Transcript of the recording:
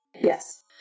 yes